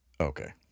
Okay